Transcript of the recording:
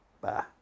Bye